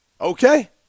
Okay